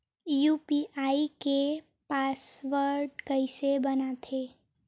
UPI के password कइसे बनाथे?